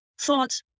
thought